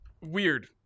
Weird